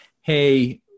Hey